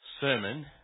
sermon